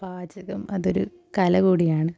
പാചകം അതൊരു കലകൂടിയാണ്